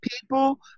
people